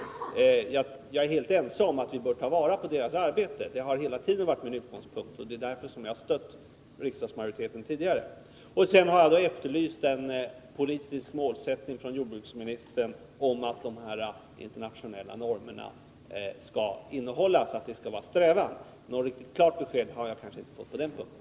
Jag är helt ense med jordbruksministern om att vi bör ta vara på kommitténs arbete. Det har hela tiden varit min utgångspunkt. Det är därför som jag har stött riksdagsmajoriteten tidigare. Sedan har jag efterlyst en politisk målsättning från jordbruksministern om vad han strävar efter att de internationella normerna skall innehålla. Något riktigt klart besked har jag inte fått på den punkten.